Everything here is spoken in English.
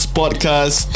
podcast